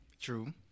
True